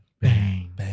Bang